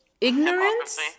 ignorance